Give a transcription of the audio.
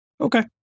Okay